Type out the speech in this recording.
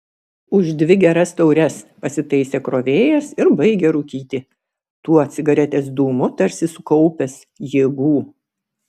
už dvi geras taures pasitaisė krovėjas ir baigė rūkyti tuo cigaretės dūmu tarsi sukaupęs jėgų